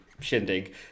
shindig